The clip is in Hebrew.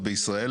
יש פה,